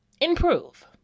improve